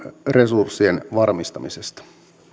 resurssien varmistamisesta